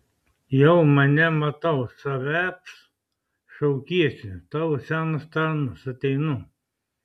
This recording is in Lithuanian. jau mane matau savęsp šaukiesi tavo senas tarnas ateinu